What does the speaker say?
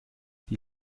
die